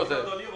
מכובד מאוד.